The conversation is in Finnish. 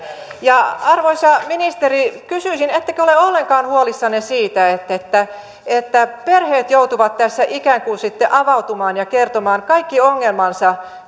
välit arvoisa ministeri kysyisin ettekö ole ollenkaan huolissanne siitä että että perheet joutuvat tässä ikään kuin sitten avautumaan ja kertomaan kaikki ongelmansa